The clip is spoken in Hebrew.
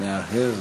להרהר.